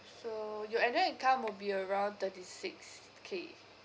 so your annual income would be around thirty six K